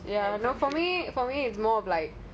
going out